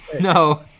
No